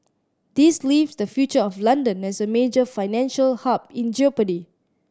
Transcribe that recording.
this leaves the future of London as a major financial hub in jeopardy